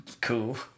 cool